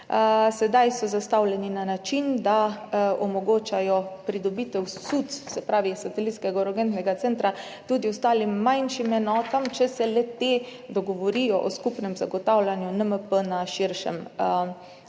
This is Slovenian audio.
Sedaj so zastavljeni na način, da omogočajo pridobitev SUC, se pravi satelitskega urgentnega centra, tudi ostalim manjšim enotam, če se le-te dogovorijo o skupnem zagotavljanju NMP na širšem območju.